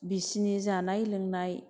बेसोरनि जानाय लोंनाय